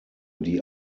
die